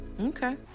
Okay